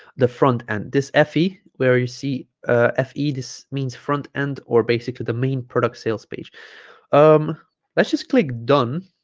the front end this fe where you see ah fe this means front end or basically the main product sales page um let's just click done